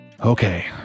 Okay